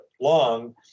long